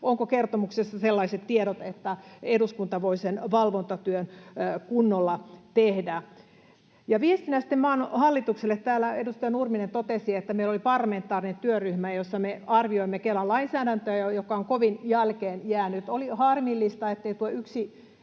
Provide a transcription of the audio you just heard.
onko kertomuksessa sellaiset tiedot, että eduskunta voi sen valvontatyön kunnolla tehdä. Ja viestinä sitten maan hallitukselle: Täällä edustaja Nurminen totesi, että meillä oli parlamentaarinen työryhmä, jossa me arvioimme Kelan lainsäädäntöä, joka on kovin jälkeenjäänyt. Oli harmillista, ettei tuo